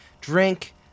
drink